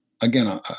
again